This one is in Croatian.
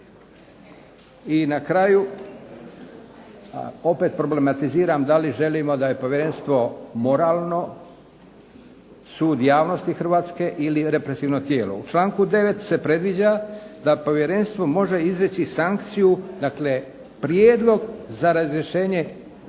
I na kraju, a opet problematiziram da li želimo da je povjerenstvo moralno, sud javnosti Hrvatske ili je represivno tijelo? U članku 9. se predviđa da povjerenstvo može izreći sankciju, dakle prijedlog za razrješenje od javne